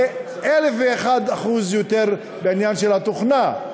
זה 1,001% יותר בעניין של התוכנה.